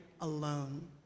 alone